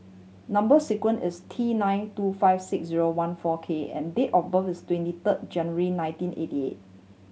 number sequence is T nine two five six zero one four K and date of birth is twenty third January nineteen eighty eight